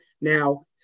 Now